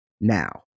Now